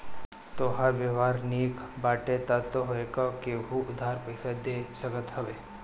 तोहार व्यवहार निक बाटे तअ तोहके केहु उधार पईसा दे सकत हवे